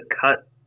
cut